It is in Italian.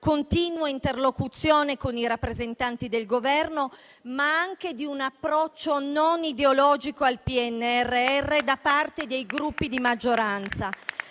continua interlocuzione con i rappresentanti del Governo, ma anche con un approccio non ideologico al PNRR da parte dei Gruppi di maggioranza.